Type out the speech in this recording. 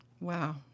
Wow